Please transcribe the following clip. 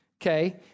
Okay